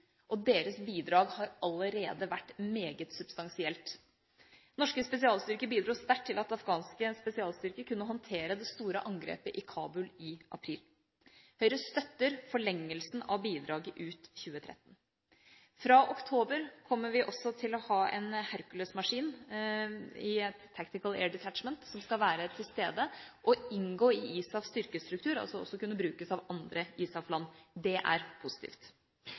og deres bidrag har allerede vært meget substansielt. Norske spesialstyrker bidro sterkt til at afghanske spesialstyrker kunne håndtere det store angrepet i Kabul i april. Høyre støtter forlengelsen av bidraget ut 2013. Fra oktober kommer vi også til å ha en Hercules-maskin i Tactical Air Detachment som skal være til stede og inngå i ISAFs styrkestruktur, som altså også skal kunne brukes av andre ISAF-land. Det er positivt.